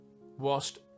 whilst